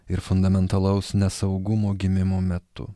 ir fundamentalaus nesaugumo gimimo metu